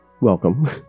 Welcome